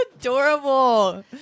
adorable